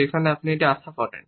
যেখানে আপনি এটি আশা করেন